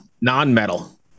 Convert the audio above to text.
non-metal